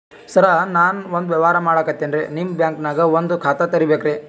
ಸರ ನಾನು ಒಂದು ವ್ಯವಹಾರ ಮಾಡಕತಿನ್ರಿ, ನಿಮ್ ಬ್ಯಾಂಕನಗ ಒಂದು ಖಾತ ತೆರಿಬೇಕ್ರಿ?